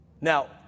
Now